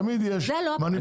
תמיד יש מניפולציות.